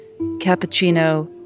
cappuccino